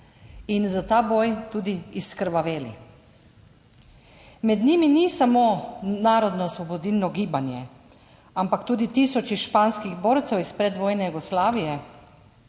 In za ta boj tudi izkrvaveli. Med njimi ni samo narodnoosvobodilno gibanje, ampak tudi tisoči španskih borcev iz predvojne Jugoslavije,